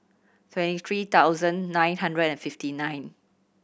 twenty three thousand nine hundred and fifty nine